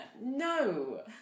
No